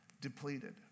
depleted